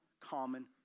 Common